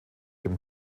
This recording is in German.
dem